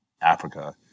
Africa